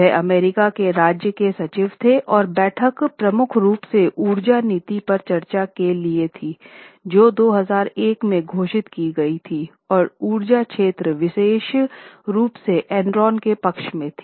वह अमेरिका के राज्य के सचिव थे और बैठक मुख्य रूप से ऊर्जा नीति पर चर्चा के लिए थी जो 2001 में घोषित की गई थी और ऊर्जा क्षेत्र विशेष रूप से एनरॉन के पक्ष में थी